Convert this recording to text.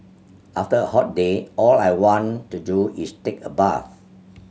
after a hot day all I want to do is take a bath